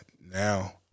now